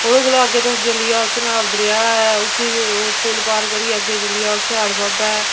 ओह्दे कोला अग्गै तुस चली जाओ चनाब दरेआ उसी ओह् पुल पार करियै अग्गै चली जाओ सिय़ाढ़ बाबा ऐ